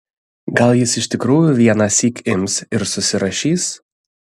gal jis iš tikrųjų vienąsyk ims ir susirašys